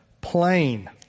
plain